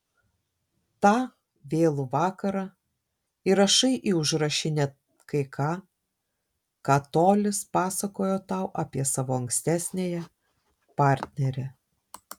tą vėlų vakarą įrašai į užrašinę kai ką ką tolis pasakojo tau apie savo ankstesniąją partnerę